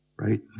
Right